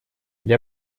для